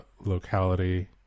locality